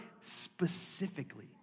specifically